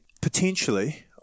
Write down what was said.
Potentially